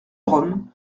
rome